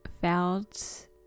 felt